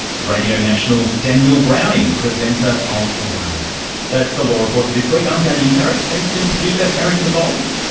radio national's daniel browning, presenter of awaye. that's the law report for this week. i'm damien carrick, thanks to producer erica vowles,